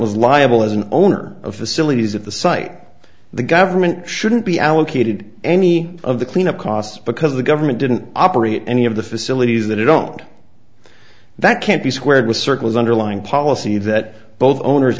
was liable as an owner of facilities of the site the government shouldn't be allocated any of the cleanup costs because the government didn't operate any of the facilities that it don't that can't be squared with circles underlying policy that both owners